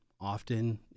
Often